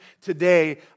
today